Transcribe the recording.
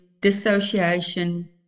dissociation